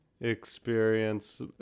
experience